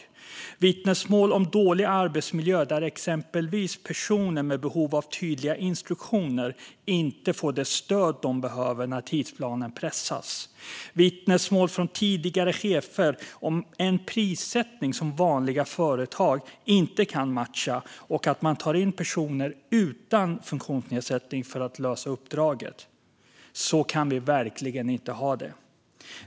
Det finns vittnesmål om dålig arbetsmiljö, där exempelvis personer med behov av tydliga instruktioner inte får det stöd de behöver när tidsplanen pressas. Det finns vittnesmål från tidigare chefer om en prissättning som vanliga företag inte kan matcha och om att man tar in personer utan funktionsnedsättning för att lösa uppdraget. Så kan vi verkligen inte ha det.